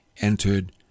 entered